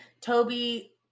Toby